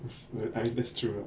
that's I mean that's true ah